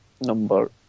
number